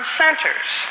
centers